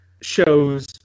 shows